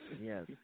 Yes